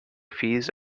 fees